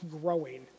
growing